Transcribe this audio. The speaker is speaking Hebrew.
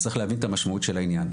צריך להבין את המשמעות של העניין,